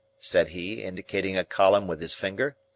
said he, indicating a column with his finger.